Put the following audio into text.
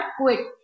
quit